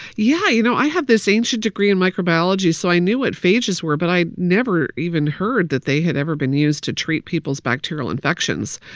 yeah. you know, i have this ancient degree in microbiology. so i knew what phages were, but i never even heard that they had ever been used to treat people's bacterial infections.